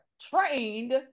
trained